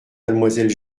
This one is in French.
mademoiselle